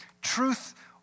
Truth